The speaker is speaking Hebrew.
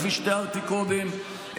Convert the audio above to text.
כפי שתיארתי קודם,